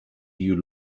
you